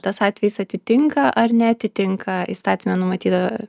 tas atvejis atitinka ar neatitinka įstatyme numatytą